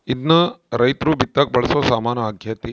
ಇದ್ನ ರೈರ್ತು ಬಿತ್ತಕ ಬಳಸೊ ಸಾಮಾನು ಆಗ್ಯತೆ